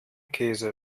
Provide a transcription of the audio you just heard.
käse